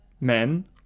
men